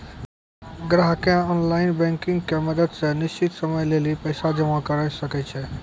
ग्राहकें online banking के मदत से निश्चित समय लेली पैसा जमा करै सकै छै